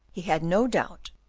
he had no doubt,